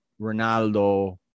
Ronaldo